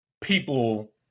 people